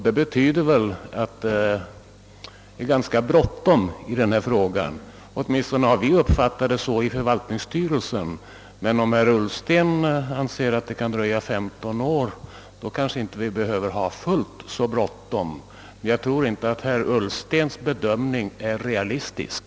Det innebär väl att det är ganska bråttom med denna fråga. Åtminstone har vi uppfattat det så i förvaltningsstyrelsen. Men om herr Ullsten anser att det kan dröja 15 år kanske vi inte behöver ha fullt så bråttom. Jag tror emellertid inte att herr Ullstens bedömning är realistisk.